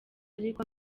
ariko